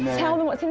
tell them what